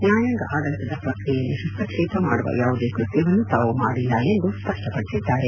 ನ್ಯಾಯಾಂಗ ಆಡಳಿತದ ಪ್ರಕ್ರಿಯೆಯಲ್ಲಿ ಹಸ್ತಕ್ಷೇಪ ಮಾಡುವ ಯಾವುದೇ ಕೃತ್ಯವನ್ನು ತಾವು ಮಾಡಿಲ್ಲ ಎಂದು ಸ್ಪಷ್ಟಪಡಿಸಿದ್ದಾರೆ